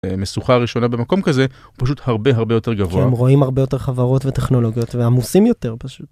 משוכה ראשונה במקום כזה פשוט הרבה הרבה יותר גבוה רואים הרבה יותר חברות וטכנולוגיות ועמוסים יותר פשוט.